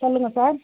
சொல்லுங்கள் சார்